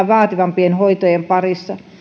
vaativampien hoitojen parissa